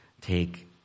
take